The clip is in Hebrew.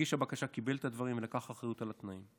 מגיש הבקשה קיבל את הדברים האלה ולקח אחריות על התנאים.